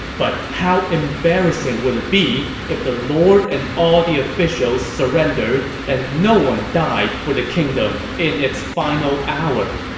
but how embarrassing would it be if the lord and all the officials all surrender and no one dies for the kingdom in its final hour!